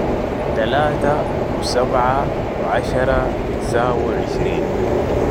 تلاتة و سبعة و عشرة بيساوا عشرين